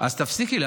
אני הפרעתי לו.